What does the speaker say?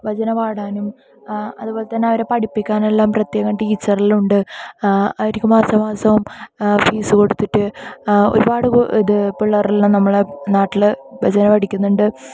ഭജന പാടാനും അതുപോലെതന്നെ അവരെ പഠിപ്പിക്കാനുള്ള പ്രത്യേക ടീച്ചറെല്ലാം ഉണ്ട് ആഹ് അവർക്ക് മാസാം മാസം ഫീസ് കൊടുത്തിട്ട് ഒരുപാട് ഇത് പിള്ളേരെല്ലാം നമ്മുടെ നാട്ടിൽ ഭജന പഠിക്കുന്നുണ്ട്